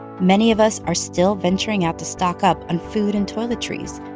many of us are still venturing out to stock up on food and toiletries.